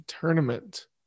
tournament